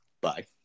Bye